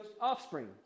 offspring